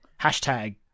Hashtag